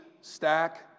stack